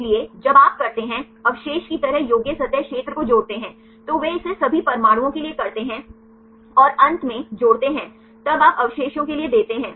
इसलिए जब आप करते है अवशेष की तरह योग्य सतह क्षेत्र को जोड़ते हैं तो वे इसे सभी परमाणुओं के लिए करते हैं और अंत में जोड़ते हैं तब आप अवशेषों के लिए देते हैं